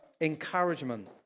encouragement